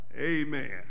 Amen